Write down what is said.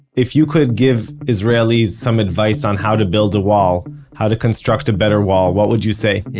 if you could give israelis some advice on how to build a wall, how to construct a better wall, what would you say? yeah